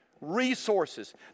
resources